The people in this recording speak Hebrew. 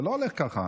זה לא הולך כך.